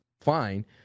fine